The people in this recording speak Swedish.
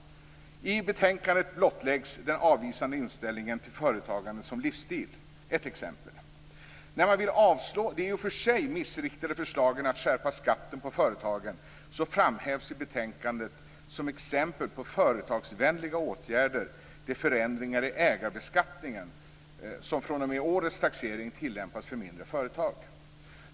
I betänkandet blottläggs den avvisande inställningen till företagandet som livsstil. Ett exempel: När man vill avslå det i och för sig missriktade förslaget att skärpa skatten på företagen framhävs i betänkandet som exempel på företagsvänliga åtgärder de förändringar i ägarbeskattningen som fr.o.m. årets taxering tillämpas för mindre företag.